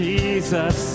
Jesus